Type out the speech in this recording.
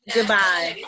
Goodbye